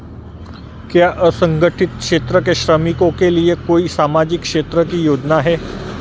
क्या असंगठित क्षेत्र के श्रमिकों के लिए कोई सामाजिक क्षेत्र की योजना है?